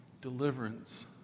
deliverance